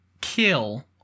kill